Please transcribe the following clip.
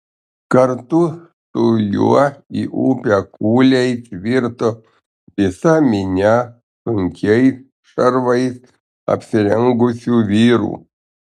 kartu su juo į upę kūliais virto visa minia sunkiais šarvais apsirengusių vyrų